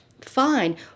fine